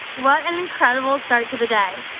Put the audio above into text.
what and an incredible start to the day.